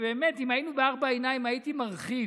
ובאמת אם היינו בארבע עיניים הייתי מרחיב,